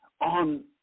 on